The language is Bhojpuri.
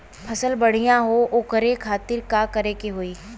फसल बढ़ियां हो ओकरे खातिर का करे के होई?